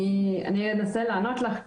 אני אנסה לענות לך,